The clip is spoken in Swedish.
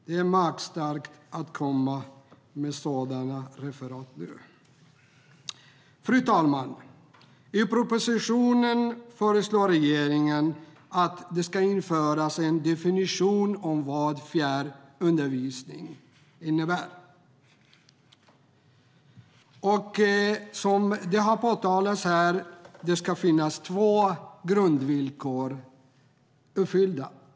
Det är magstarkt att komma med sådana krav nu. Fru talman! I propositionen förslår regeringen att det ska införas en definition av vad fjärrundervisning innebär. Ett av två grundvillkor ska vara uppfyllda.